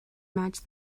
match